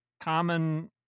common